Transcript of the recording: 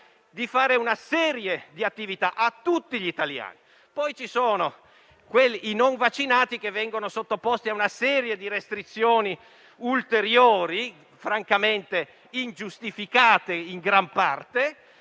di svolgere una serie di attività; poi ci sono i non vaccinati che vengono sottoposti a una serie di restrizioni ulteriori, francamente ingiustificate in gran parte.